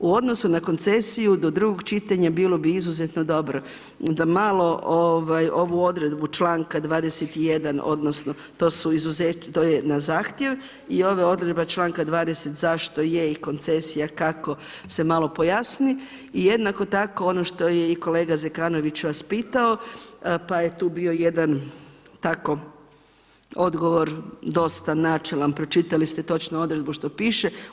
U odnosu na koncesiju do drugog čitanja bilo bi izuzetno dobro da malo ovu odredbu članka 21. odnosno to je na zahtjev i ovu odredbu članka 20. zašto je i koncesija i kako se malo pojasni i jednako tako ono što je i kolega Zekanović vas pitao, pa je tu bio jedan tako, odgovor dosta načelan, pročitali ste točno odredbu što piče.